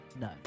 No